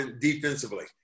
defensively